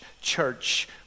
church